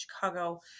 Chicago